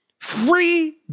Free